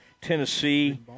Tennessee